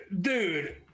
dude